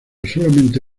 solamente